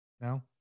No